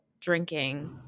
drinking